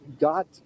got